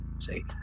say